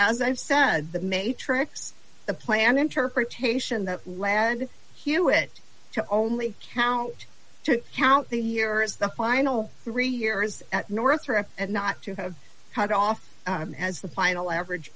i've said the matrix the planned interpretation that landed hewitt to only count to count the year as the final three years at northrop and not to have cut off has the final average